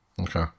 Okay